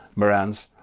marantz,